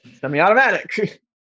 semi-automatic